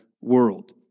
world